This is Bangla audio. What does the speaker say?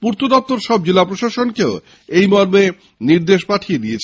পূর্ত দফতর সব জেলা প্রশাসনকেও এই মর্মে নির্দেশ পাঠিয়েছে দিয়েছে